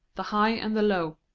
the high and the low.